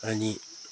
अनि